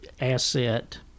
asset